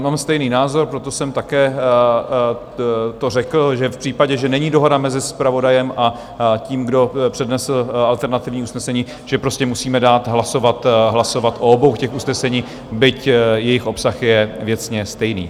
Mám stejný názor, proto jsem to také řekl, že v případě, že není dohoda mezi zpravodajem a tím, kdo přednesl alternativní usnesení, že prostě musíme dát hlasovat o obou usneseních, byť jejich obsah je věcně stejný.